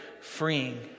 freeing